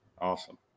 Awesome